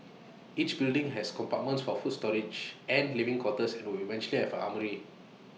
each building has compartments for food storage and living quarters and would eventually have armoury